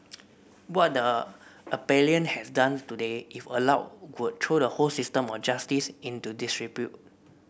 what the appellant has done today if allowed would throw the whole system of justice into disrepute